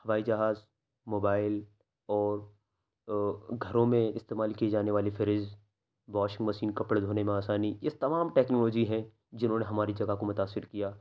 ہوائی جہاز موبائل اور گھروں میں استعمال کی جانے والی فریج واشنگ مشین کپڑے دھونے میں آسانی اس تمام ٹیکنالوجی ہے جنہوں نے ہماری جگہ کو متاثر کیا